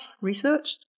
researched